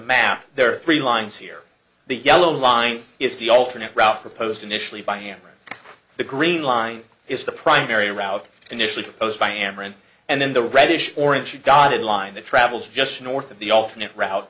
are three lines here the yellow line is the alternate route proposed initially by hammering the green line is the primary route initially proposed by amarin and then the reddish orange dotted line that travels just north of the alternate route